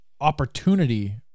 opportunity